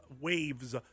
waves